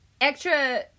Extra